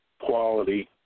quality